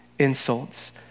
insults